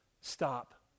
Stop